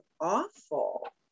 awful